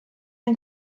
ein